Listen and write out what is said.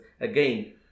again